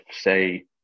say